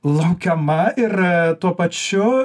laukiama ir tuo pačiu